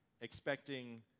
expecting